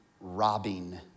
robbing